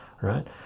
right